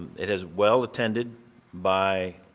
it is well attended by